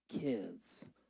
kids